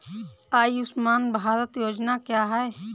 आयुष्मान भारत योजना क्या है?